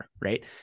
right